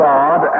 God